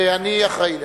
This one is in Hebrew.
ואני אחראי לכך.